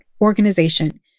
organization